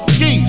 Ski